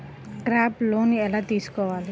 Crop loan ఎలా తీసుకోవాలి?